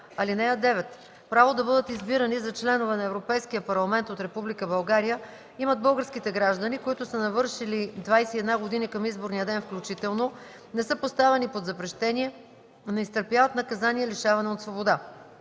(9) Право да бъдат избирани за членове на Европейския парламент от Република България имат българските граждани, които са навършили 21 години към изборния ден включително, не са поставени под запрещение, не изтърпяват наказание лишаване от свобода.